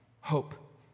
hope